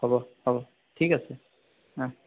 হ'ব হ'ব ঠিক আছে অঁ